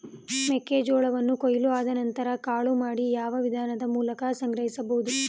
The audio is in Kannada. ಮೆಕ್ಕೆ ಜೋಳವನ್ನು ಕೊಯ್ಲು ಆದ ನಂತರ ಕಾಳು ಮಾಡಿ ಯಾವ ವಿಧಾನದ ಮೂಲಕ ಸಂಗ್ರಹಿಸಬಹುದು?